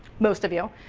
most of you.